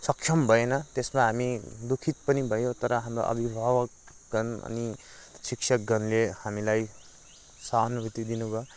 सक्षम भएन त्यसमा हामी दुःखित पनि भयो तर हाम्रो अभिभावकगण अनि शिक्षकगणले हामीलाई सहानुभूति दिनुभयो